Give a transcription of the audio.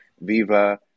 Viva